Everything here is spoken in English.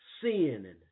sin